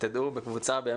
בקבוצה בימי שישי,